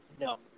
No